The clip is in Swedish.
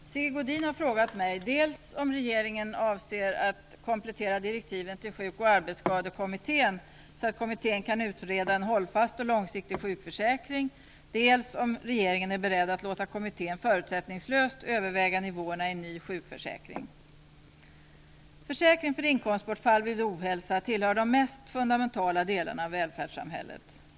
Fru talman! Sigge Godin har frågat mig dels om regeringen avser att komplettera direktiven till Sjukoch arbetsskadekommittén så att kommittén kan utreda en hållfast och långsiktig sjukförsäkring, dels om regeringen är beredd att låta kommittén förutsättningslöst överväga nivåerna i en ny sjukförsäkring. Försäkring för inkomstbortfall vid ohälsa tillhör de mest fundamentala delarna av välfärdssamhället.